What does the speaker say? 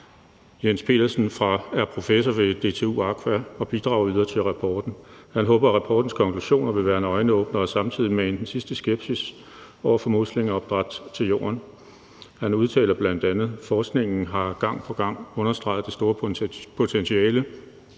Jens Petersen er professor ved DTU Aqua og bidragyder til rapporten. Han håber, at rapportens konklusioner vil være en øjenåbner og samtidig mane den sidste skepsis over for muslingeopdræt i jorden. Han udtaler bl.a.: »Forskningen har gang på gang understreget det store potentiale